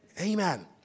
Amen